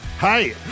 Hey